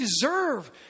deserve